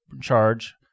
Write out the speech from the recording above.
charge